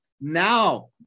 now